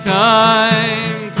time